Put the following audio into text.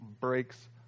breaks